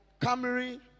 Camry